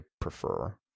prefer